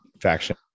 faction